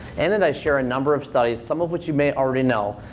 and and i share a number of studies, some of which you may already know,